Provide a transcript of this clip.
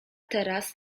teraz